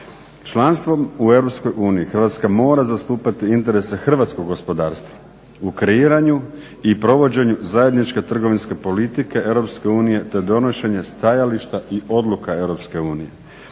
Članstvom u EU Hrvatska mora zastupati interese hrvatskog gospodarstva u kreiranju i provođenju zajedničke trgovinske politike EU te donošenje stajališta i odluka EU.